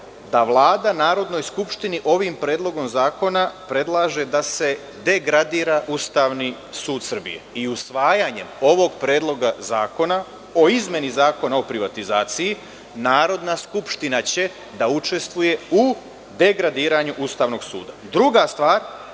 da Vlada Narodnoj skupštini ovim predlogom zakona predlaže da se degradira Ustavni sud Srbije i usvajanjem ovog predloga zakona o izmeni Zakona o privatizaciji Narodna skupština će da učestvuje u degradiranju Ustavnog suda. Druga stvar